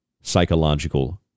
psychological